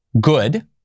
good